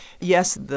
yes